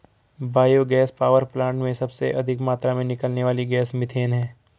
bio gas power plant में सबसे अधिक मात्रा में निकलने वाली गैस मिथेन है